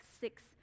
six